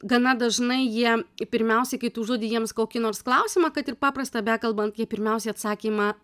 gana dažnai jie pirmiausiai kai tu užduodi jiems kokį nors klausimą kad ir paprastą bekalbant jie pirmiausiai atsakymą